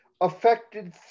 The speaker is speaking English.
affected